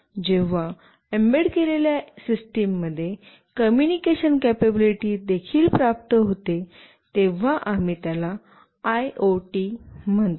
जेव्हा एम्बेड केलेल्या सिस्टममध्ये कम्युनिकेशन कपॅबिलिटी देखील प्राप्त होते तेव्हा आम्ही त्याला आयओटी म्हणतो